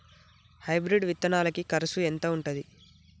Hybrid విత్తనాలకి కరుసు ఎంత ఉంటది?